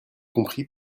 compris